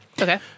Okay